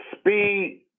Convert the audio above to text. speed